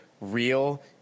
real